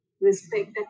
respect